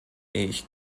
ich